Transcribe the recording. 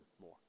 more